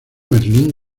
merlín